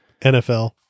NFL